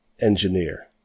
engineer